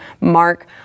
mark